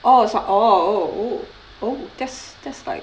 orh sum~ orh orh oh oh that's that's like